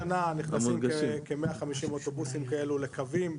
כבר השנה נכנסים כ- 150 אוטובוסים כאלו לקווים,